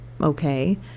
okay